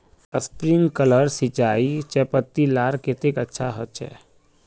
Sprinkler सिंचाई चयपत्ति लार केते अच्छा होचए?